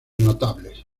notables